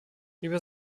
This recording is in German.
über